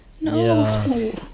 No